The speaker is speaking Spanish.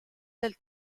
del